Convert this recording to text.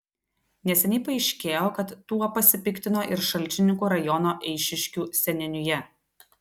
neseniai paaiškėjo kad tuo pasipiktino ir šalčininkų rajono eišiškių seniūnija